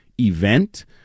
event